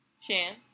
Chan